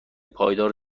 پایدار